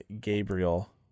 Gabriel